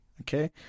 okay